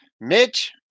Mitch